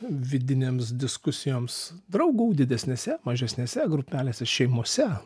vidinėms diskusijoms draugų didesnėse mažesnėse grupelėse šeimose